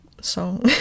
song